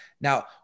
Now